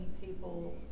people